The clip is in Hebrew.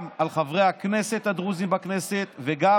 גם על חברי הכנסת הדרוזים בכנסת וגם